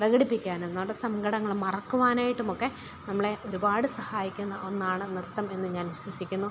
പ്രകടിപ്പിക്കാനും നമ്മുടെ സങ്കടങ്ങളും മറക്കുവാനായിട്ടും ഒക്കെ നമ്മളെ ഒരുപാട് സഹായിക്കുന്ന ഒന്നാണ് നൃത്തം എന്നു ഞാൻ വിശ്വസിക്കുന്നു